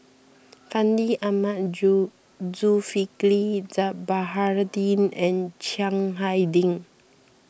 Fandi Ahmad Zulkifli Baharudin and Chiang Hai Ding